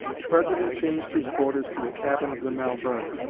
the president changed his quarters to the cabin of the malvern,